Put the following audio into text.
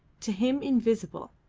to him invisible,